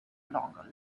longer